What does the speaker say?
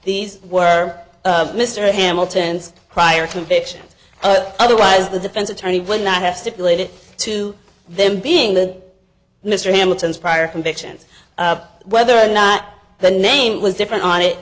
these were mr hamilton's prior convictions otherwise the defense attorney would not have stipulated to them being that mr hamilton's prior convictions whether or not the name was different on it